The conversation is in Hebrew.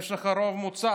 יש לך רוב מוצק,